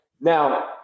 now